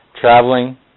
Traveling